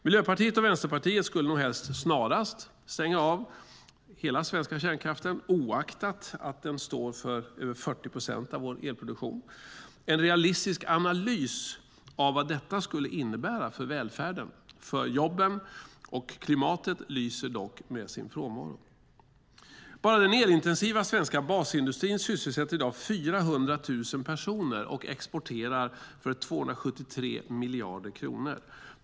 Miljöpartiet och Vänsterpartiet skulle nog helst snarast stänga av hela den svenska kärnkraften oaktat att den står för över 40 procent av vår elproduktion. En realistisk analys av vad detta skulle innebära för välfärden, för jobben och för klimatet lyser dock med sin frånvaro. Bara den elintensiva svenska basindustrin sysselsätter i dag 400 000 personer och exporterar för 273 miljarder kronor.